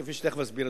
כפי שתיכף אסביר,